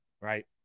right